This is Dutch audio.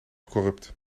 corrupt